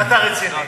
ואתה רציני,